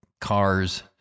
cars